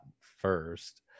first